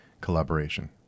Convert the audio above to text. collaboration